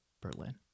Berlin